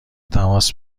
تماس